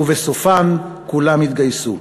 ובסופן כולם יתגייסו.